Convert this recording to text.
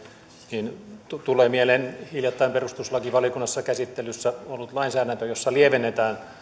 niin tulee mieleen hiljattain perustuslakivaliokunnassa käsittelyssä ollut lainsäädäntö jossa lievennetään